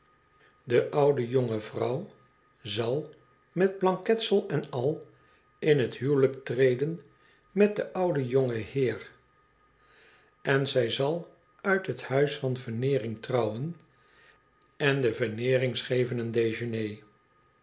de oude jonge juffrouw zal met blanketsel en al in het huwelijk treden met den ouden jongen heer en zij zal uit het huis van veneering trouwen en de